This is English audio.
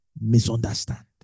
misunderstand